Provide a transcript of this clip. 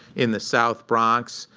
in the south bronx.